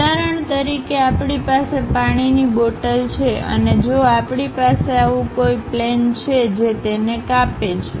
ઉદાહરણ તરીકે આપણી પાસે પાણીની બોટલ છે અને જો આપણી પાસે આવુ કોઇ પ્લેન છે જે તેને કાપે છે